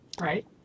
Right